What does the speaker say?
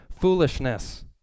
foolishness